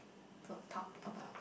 to talk about